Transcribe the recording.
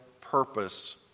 purpose